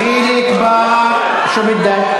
חיליק בר, שו בידכ?